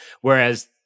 whereas